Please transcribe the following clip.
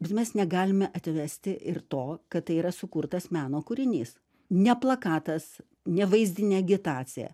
bet mes negalime atvesti ir to kad tai yra sukurtas meno kūrinys ne plakatas ne vaizdinė agitacija